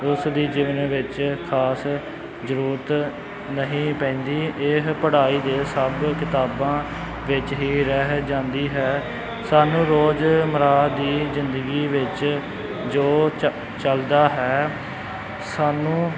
ਉਸ ਦੀ ਜੀਵਨੀ ਵਿੱਚ ਖ਼ਾਸ ਜ਼ਰੂਰਤ ਨਹੀਂ ਪੈਂਦੀ ਇਹ ਪੜ੍ਹਾਈ ਦੇ ਸਭ ਕਿਤਾਬਾਂ ਵਿੱਚ ਹੀ ਰਹਿ ਜਾਂਦੀ ਹੈ ਸਾਨੂੰ ਰੋਜ਼ਮਰਾ ਦੀ ਜਿੰਦਗੀ ਵਿੱਚ ਜੋ ਚ ਚਲਦਾ ਹੈ ਸਾਨੂੰ